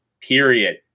period